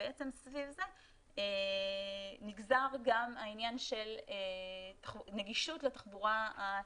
ובעצם סביב זה נגזר גם העניין של נגישות לתחבורה הציבורית,